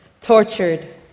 tortured